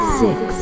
six